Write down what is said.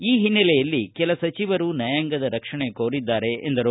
ಈ ಹಿನ್ನೆಲೆಯಲ್ಲಿ ಕೆಲ ಸಚಿವರು ನ್ಯಾಯಾಂಗದ ರಕ್ಷಣೆ ಕೋರಿದ್ದಾರೆ ಎಂದರು